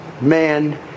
man